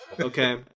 okay